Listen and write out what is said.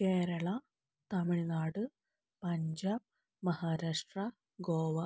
Kerala Tamil Nadu Punjab Maharashtra Goa